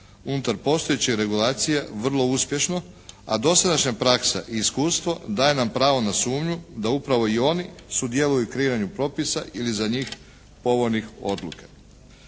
unutar postojećih regulacija vrlo uspješno, a dosadašnja praksa i iskustvo daje nam pravo na sumnju da upravo i oni sudjeluju u kreiranju propisa ili za njih povoljnih odluke.